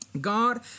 God